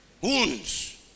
wounds